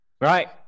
Right